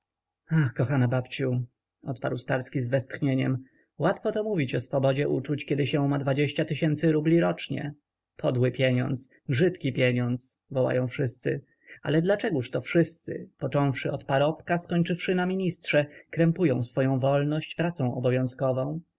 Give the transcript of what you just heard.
kochana babciu odparł starski z westchnieniem łatwo to mówić o swobodzie uczuć kiedy się ma dwadzieścia tysięcy rubli rocznie podły pieniądz brzydki pieniądz wołają wszyscy ale dlaczegoż to wszyscy począwszy od parobka skończywszy na ministrze krępują swoję wolność pracą obowiązkową